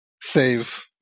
save